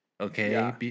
Okay